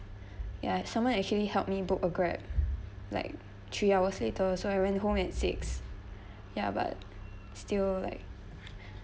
ya someone actually helped me book a Grab like three hours later so I went home at six ya but still like